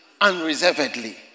unreservedly